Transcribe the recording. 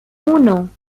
uno